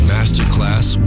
Masterclass